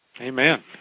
Amen